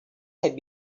had